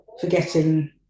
forgetting